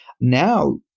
Now